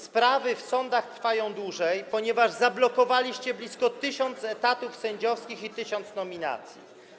Sprawy w sądach trwają dłużej, ponieważ zablokowaliście blisko 1000 etatów sędziowskich i 1000 nominacji.